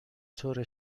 طور